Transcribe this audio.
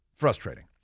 Frustrating